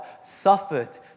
suffered